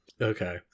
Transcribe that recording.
Okay